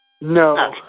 No